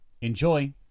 Enjoy